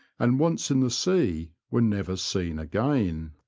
and once in the sea were never seen again.